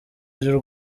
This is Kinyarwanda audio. ry’u